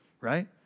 right